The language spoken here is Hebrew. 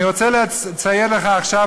אני רוצה לצייר לך עכשיו,